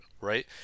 right